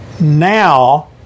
Now